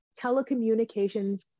telecommunications